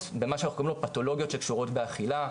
במה שאנחנו קוראים לו פתולוגיות שקשורות באכילה,